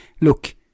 look